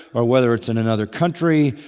or whether it's in another country,